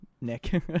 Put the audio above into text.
Nick